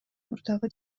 мурдагы